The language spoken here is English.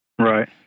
Right